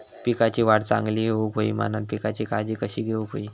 पिकाची वाढ चांगली होऊक होई म्हणान पिकाची काळजी कशी घेऊक होई?